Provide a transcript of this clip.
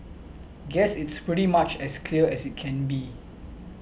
guess it's pretty much as clear as it can be